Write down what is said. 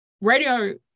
Radio